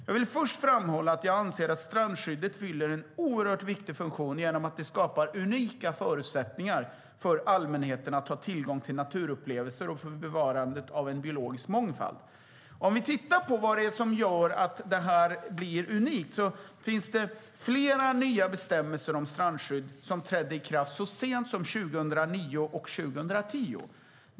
Jag vill börja med att framhålla att jag anser att strandskyddet fyller en oerhört viktig funktion genom att det skapar unika förutsättningar för allmänheten att ha tillgång till naturupplever och för bevarandet av biologisk mångfald. Om vi tittar på vad det är som gör det hela unikt ser vi att det finns flera nya bestämmelser om strandskydd. De trädde i kraft så sent som 2009 och 2010.